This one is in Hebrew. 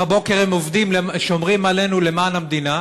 בבוקר הם עובדים, שומרים עלינו למען המדינה,